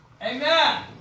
Amen